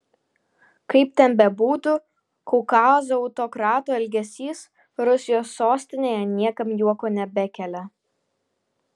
kaip ten bebūtų kaukazo autokrato elgesys rusijos sostinėje niekam juoko nebekelia